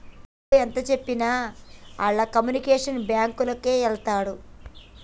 గా రామడు ఎంతజెప్పినా ఆళ్ల కమ్యునిటీ బాంకులకే వోతడు